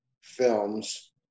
Films